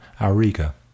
auriga